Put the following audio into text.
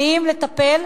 לטפל,